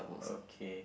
okay